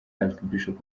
archbishop